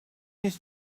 his